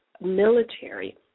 military